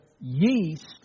yeast